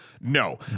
No